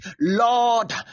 Lord